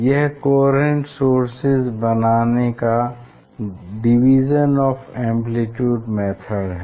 यह coherent sources बनाने का डिवीज़न ऑफ़ एम्प्लीट्युड मेथड है